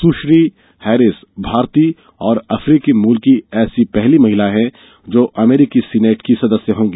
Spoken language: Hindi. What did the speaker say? सुश्री हैरिस भारतीय और अफ्रीकी मूल की ऐसी पहली महिला हैं जो अमरीकी सीनेट की सदस्य होंगी